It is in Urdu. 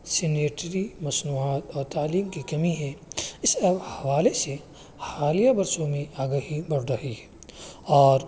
سنریٹری مصنوعات اور تعلیم کی کمی ہے اس حوالے سے حالیہ برسوں میں آگہی بڑھ رہی ہے اور